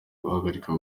guhagarika